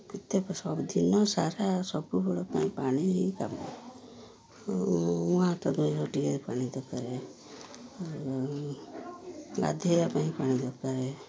ଯେତକ ସବୁ ଦିନସାରା ସବୁବେଳ ପାଇଁ ପାଣି ହିଁ କାମ ମୁହଁ ହାତ ଧୋଇବାପାଇଁ ପାଣି ଟିକେ ଦରକାରେ ଗାଧେଇବା ପାଇଁ ପାଣି ଦରକାର